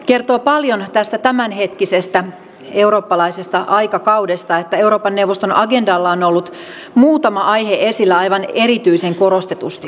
kertoo paljon tästä tämänhetkisestä eurooppalaisesta aikakaudesta että euroopan neuvoston agendalla on ollut muutama aihe esillä aivan erityisen korostetusti